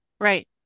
Right